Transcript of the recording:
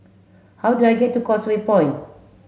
how do I get to Causeway Point